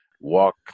walk